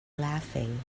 laughing